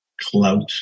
clout